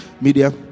media